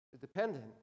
dependent